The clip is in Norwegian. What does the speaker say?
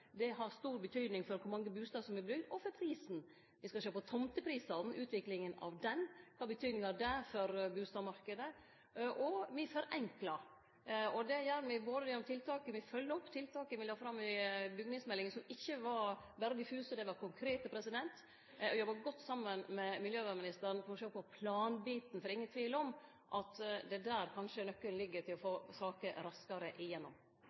Det har stor betyding for kor mange bustader som vert bygde – og for prisen. Me skal sjå på tomteprisane og utviklinga av dei, kva det betyr for bustadmarknaden, og me forenklar. Det gjer me både ved å fylgje opp tiltaka me la fram i byggjemeldinga – som ikkje berre var diffuse, dei var konkrete – og me jobbar godt saman med miljøvernministeren for å sjå på planbiten. For det er ingen tvil om at det er der nøkkelen kanskje ligg når det gjeld å få saker raskare igjennom.